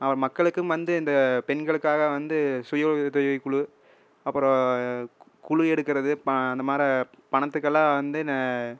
அப்புறம் மக்களுக்கும் வந்து இந்த பெண்களுக்காக வந்து சுய உதவிக்குழு அப்புறம் குழு எடுக்கிறது ப அந்த மாதிரி பணத்துக்கெல்லாம் வந்து நெ